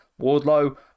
Wardlow